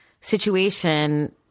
situation